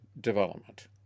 development